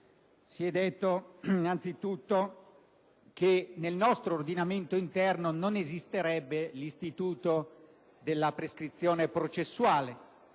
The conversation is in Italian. Si è detto anzitutto che nel nostro ordinamento interno non esisterebbe l'istituto della prescrizione processuale,